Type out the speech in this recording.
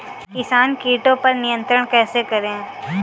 किसान कीटो पर नियंत्रण कैसे करें?